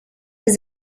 his